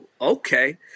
okay